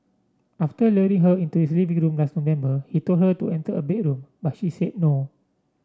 after luring her into his living room last November he told her to enter a bedroom but she said no